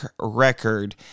record